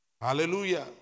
Hallelujah